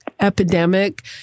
epidemic